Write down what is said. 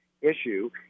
issue